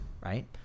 right